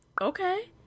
okay